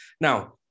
Now